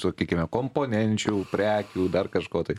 sakykime komponenčių prekių dar kažko tai